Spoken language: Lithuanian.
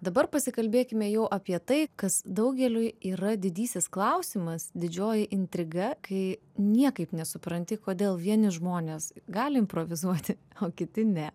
dabar pasikalbėkime jau apie tai kas daugeliui yra didysis klausimas didžioji intriga kai niekaip nesupranti kodėl vieni žmonės gali improvizuoti o kiti ne